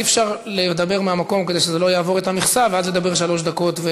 אי-אפשר לדבר מהמקום כדי שזה לא יעבור את המכסה ואז לדבר שלוש דקות.